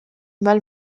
mal